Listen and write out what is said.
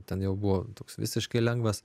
ten jau buvo toks visiškai lengvas